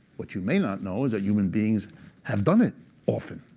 what you may not know is that human beings have done it often.